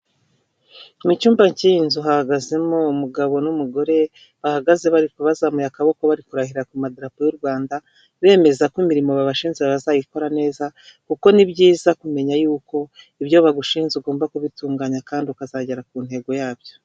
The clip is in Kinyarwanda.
Mu cyumba cy'iyi nzu hahagazemo umugabo n'umugore bahagaze bari bazamuye akaboko, bari kurahira ku madarapo y'u rwanda bemeza ko imirimo babashinzwe bazayikora neza, kuko ni byiza kumenya yuko ibyo bagushinze ugomba kubitunganya kandi ukazagera ku ntego yabyo.